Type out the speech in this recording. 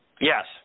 Yes